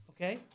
Okay